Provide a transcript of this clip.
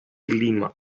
lima